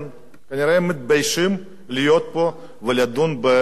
כנראה הם מתביישים להיות פה ולדון בהצעת